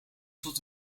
tot